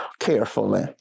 carefully